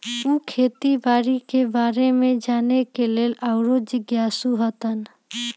उ खेती बाड़ी के बारे में जाने के लेल आउरो जिज्ञासु हतन